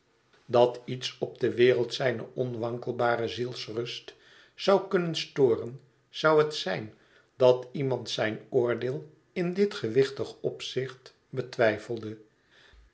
dat iets op de wereld zijne onwankelbare zielsrust zou kunnen storen zou het zijn dat iemand zijn oordeel in dit gewichtig opzicht betwijfelde